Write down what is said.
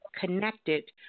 connected